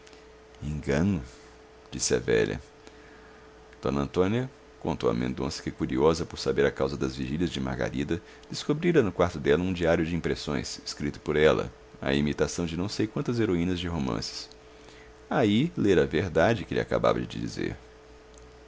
disse a velha d antônia contou a mendonça que curiosa por saber a causa das vigílias de margarida descobrira no quarto dela um diário de impressões escrito por ela à imitação de não sei quantas heroínas de romances aí lera a verdade que lhe acabava de dizer